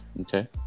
Okay